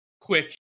quick